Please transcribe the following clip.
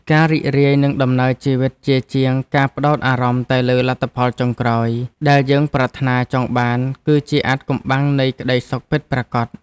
ការរីករាយនឹងដំណើរជីវិតជាជាងការផ្ដោតអារម្មណ៍តែលើលទ្ធផលចុងក្រោយដែលយើងប្រាថ្នាចង់បានគឺជាអាថ៌កំបាំងនៃក្ដីសុខពិតប្រាកដ។